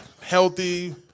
healthy